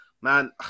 Man